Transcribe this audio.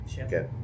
Okay